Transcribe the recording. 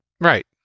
Right